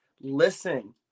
Listen